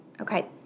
Okay